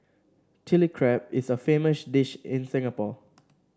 Chilli Crab is a famous dish in Singapore